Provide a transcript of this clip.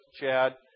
Chad